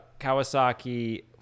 Kawasaki